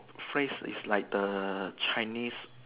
phrase is like the Chinese